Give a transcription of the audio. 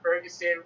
Ferguson